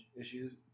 issues